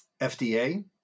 FDA